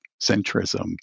centrism